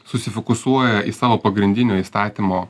susifokusuoja į savo pagrindinio įstatymo